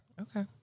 Okay